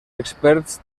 experts